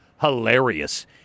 hilarious